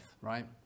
right